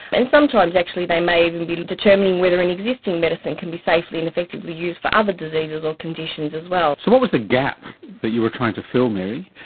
and sometimes actually they may even be determining whether an existing medicine can be safely and effectively used for other diseases or conditions as well. so what was the gap that you were trying to fill, mary?